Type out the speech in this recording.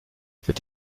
cette